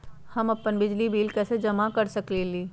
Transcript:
हम अपन बिजली बिल कैसे जमा कर सकेली?